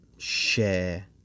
share